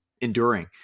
enduring